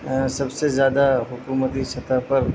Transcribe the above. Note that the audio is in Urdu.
سب سے زیادہ حکومتی سطح پر